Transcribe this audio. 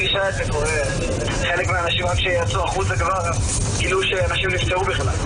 וזאת סיטואציה שאנחנו נחיה אתה לתקופה שכרגע לא ניתנת לצפייה מראש.